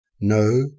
no